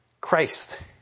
Christ